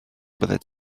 byddet